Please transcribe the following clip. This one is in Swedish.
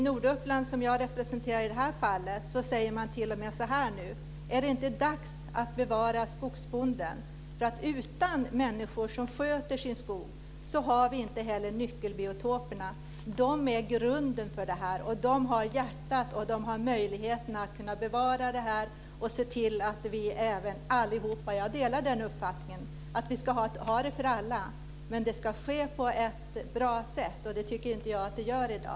Norduppland, som jag representerar i det här fallet, säger man t.o.m. så här nu: Är det inte dags att bevara skogsbonden? Utan människor som sköter sin skog har vi inte heller nyckelbiotoperna. De är grunden för det här, de har hjärtat och de har möjligheterna att bevara det här och se till att det är för oss alla. Jag delar uppfattningen att det ska vara för alla. Men det ska ske på ett bra sätt, och det tycker jag inte att det gör i dag.